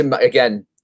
again